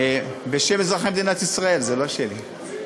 בשם אזרחי מדינת ישראל, זה לא שלי.